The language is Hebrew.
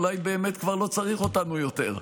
אולי באמת כבר לא צריך אותנו יותר.